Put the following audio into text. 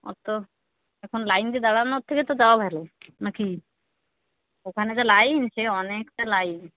অত এখন লাইন দিয়ে দাঁড়ানোর থেকে তো যাওয়া ভালো না কি ওখানে যা লাইন সে অনেকটা লাইন